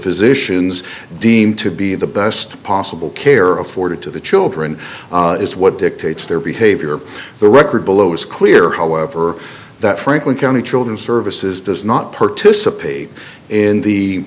physicians deem to be the best possible care of ford to the children is what dictates their behavior the record below is clear however that franklin county children services does not participate in the